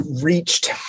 reached